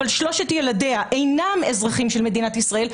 שלושת ילדיה אינם אזרחים של מדינת ישראל,